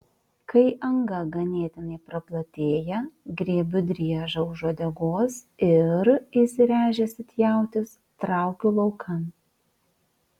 kai anga ganėtinai praplatėja griebiu driežą už uodegos ir įsiręžęs it jautis traukiu laukan